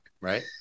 Right